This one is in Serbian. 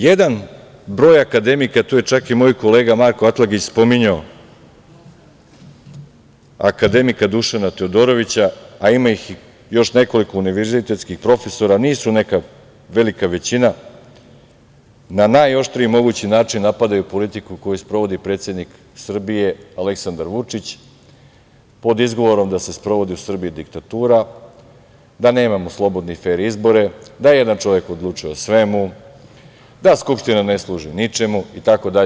Jedan broj akademika, a to je čak i moj kolega Marko Atlagić spominjao, akademika Dušana Teodorovića, a ima i još nekoliko univerzitetskih profesora, nisu neka velika većina, na najoštriji mogući način napadaju politiku koju sprovodi predsednik Srbije Aleksandar Vučić, pod izgovorom da se sprovodi u Srbiji diktatura, da nemamo slobodne i fer izbore, da jedan čovek odlučuje o svemu, da Skupština ne služi ničemu itd.